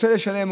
רוצה לשלם,